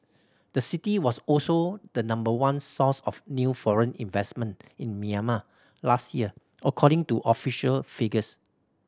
the city was also the number one source of new foreign investment in Myanmar last year according to official figures